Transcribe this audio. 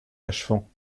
achevant